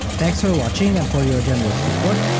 thanks for watching and for your generous support,